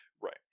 Right